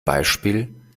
beispiel